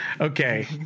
Okay